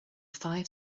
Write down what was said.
five